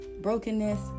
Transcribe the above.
brokenness